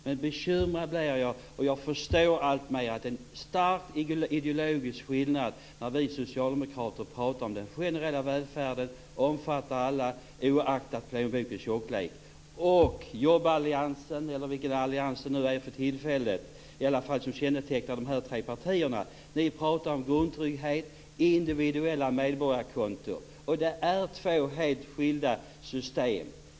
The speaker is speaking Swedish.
Men bekymrad blir jag, för jag förstår alltmer att det är en stark ideologisk skillnad mellan den generella välfärden, som omfattar alla oaktat plånbokens tjocklek, och jobballiansen eller vilken allians det för tillfället är som kännetecknar de tre borgerliga partierna. Ni talar om grundtrygghet och individuella medborgarkonton. Det är två helt skilda system.